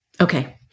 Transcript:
Okay